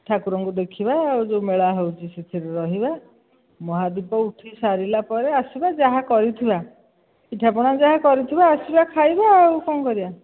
ଠାକୁରଙ୍କୁ ଦେଖିବା ଯେଉଁ ମେଳା ହେଉଛି ସେଥିରେ ରହିବା ମହାଦୀପ ଉଠିସାରିଲା ପରେ ଆସିବା ଯାହା କରିଥିବା ପିଠା ପଣା ଯାହା କରିଥିବା ଆସିବା ଖାଇବା ଆଉ କ'ଣ କରିବା